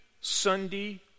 Sunday